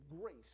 grace